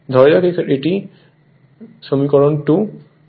ধরা যাক এটি সমীকরন 2